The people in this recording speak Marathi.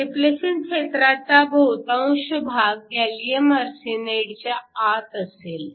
डिप्लेशन क्षेत्राचा बहुतांश भाग गॅलीअम आर्सेनाईडच्या आत असेल